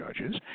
judges